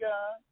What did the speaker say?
God